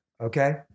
okay